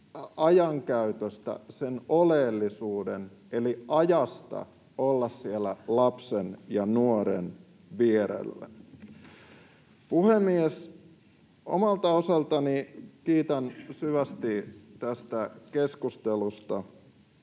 ajankäytöstä sen oleellisuuden eli ajasta olla siellä lapsen ja nuoren vierellä. Puhemies! Omalta osaltani kiitän syvästi tästä keskustelusta.